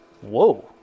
Whoa